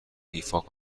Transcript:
ایفا